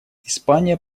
испания